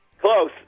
Close